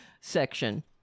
section